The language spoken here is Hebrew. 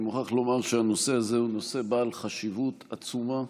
אני מוכרח לומר שהנושא הזה הוא נושא בעל חשיבות עצומה,